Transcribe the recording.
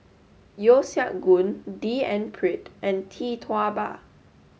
Yeo Siak Goon D N Pritt and Tee Tua Ba